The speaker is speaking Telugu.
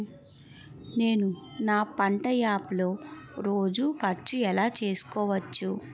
నేను నా పంట యాప్ లో రోజు ఖర్చు ఎలా తెల్సుకోవచ్చు?